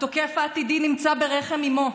התוקף העתידי נמצא ברחם אימו.